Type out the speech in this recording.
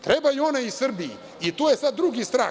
Trebaju ona i Srbiji, i tu je sada drugi strah.